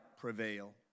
prevail